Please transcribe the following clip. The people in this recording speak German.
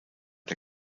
der